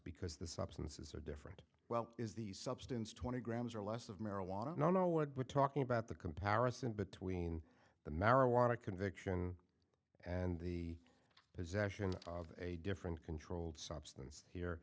because the substances are different well is the substance twenty grams or less of marijuana i don't know what we're talking about the comparison between the marijuana conviction and the possession of a different controlled substance here